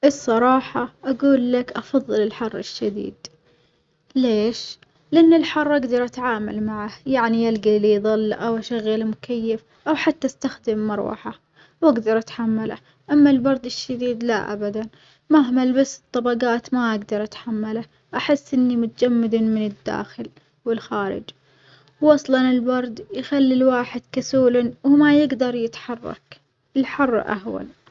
الصراحة أجول لك أفظل الحر الشديد، ليش؟ لأن الحر أجدر أتعامل معاه يعني ألجيلي ظل أو أشغل مكيف أو حتى أستخدم مروحة، وأجدر أتحمله أما البرد الشديد لا أبدًا مهما لبست طبجات ما أجدر أتحمله أحس إني متجمدة من الداخل والخارج وأصلًا البرد يخلي الواحد كسول وما يجدر يتحرك، الحر أهون.